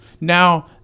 Now